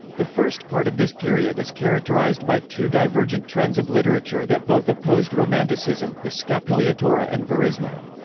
the first part of this period is characterized by two divergent trends of literature that both opposed romanticism, the scapigliatura and verismo.